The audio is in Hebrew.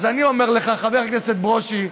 אז אני אומר לך, חבר הכנסת ברושי,